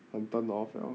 很 turn off liao